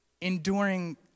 enduring